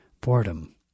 boredom